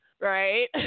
right